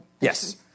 Yes